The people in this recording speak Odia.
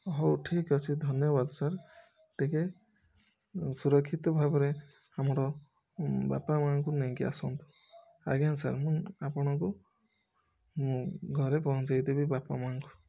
ହେଉ ଠିକ ଅଛି ଧନ୍ୟବାଦ ସାର୍ ଟିକିଏ ସୁରକ୍ଷିତ ଭାବରେ ଆମର ଉଁ ବାପା ମା'ଙ୍କୁ ନେଇକି ଆସନ୍ତୁ ଆଜ୍ଞା ସାର୍ ମୁଁ ଆପଣଙ୍କୁ ମୁଁ ଘରେ ପହଞ୍ଚେଇଦେବି ବାପା ମା'ଙ୍କୁ